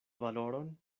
valoron